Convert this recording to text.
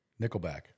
Nickelback